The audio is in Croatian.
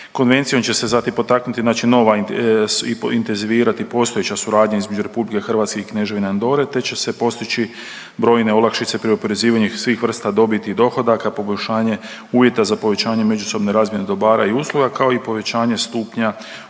Konvencijom će se zatim potaknuti, znači nova intenzivirati postojeća suradnja između RH i Kneževine Andore te će se postići brojne olakšice pri oporezivanju svih vrsta dobiti i dohodaka, poboljšanje uvjeta za povećanje međusobne razmjene dobara i usluga kao i povećanje stupnja ukupne